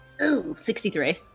63